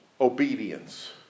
obedience